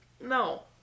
no